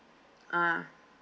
ah